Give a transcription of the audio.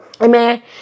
Amen